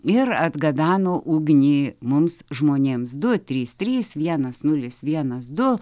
ir atgabeno ugnį mums žmonėms du trys trys vienas nulis vienas du